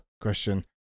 question